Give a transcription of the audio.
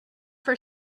for